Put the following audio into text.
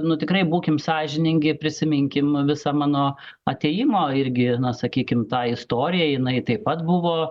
nu tikrai būkim sąžiningi ir prisiminkim visą mano atėjimo irgi na sakykim tą istoriją jinai taip pat buvo